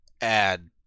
add